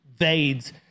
VADES